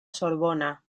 sorbona